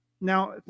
Now